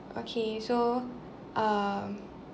okay so um